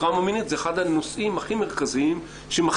טראומה מינית זה אחד הנושאים הכי מרכזיים שמכתיבים